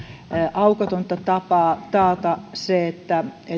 aukotonta tapaa taata että